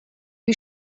you